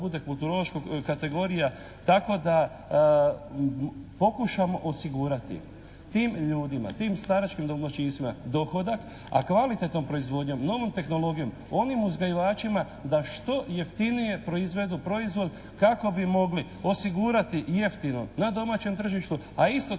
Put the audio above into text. kulturološkog kategorija tako da pokušamo osigurati tim ljudima, tim staračkim domaćinstvima dohodak, a kvalitetnom proizvodnjom, novom tehnologijom onim uzgajivačima da što jeftinije proizvedu proizvod kako bi mogli osigurati jeftino na domaćem tržištu, a isto